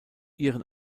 ihren